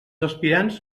aspirants